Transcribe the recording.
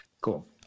cool